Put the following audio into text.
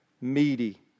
meaty